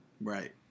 Right